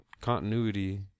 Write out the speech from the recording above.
continuity